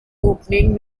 opening